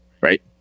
Right